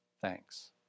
thanks